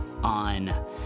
on